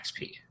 XP